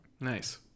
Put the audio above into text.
Nice